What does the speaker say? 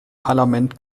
parlament